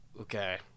Okay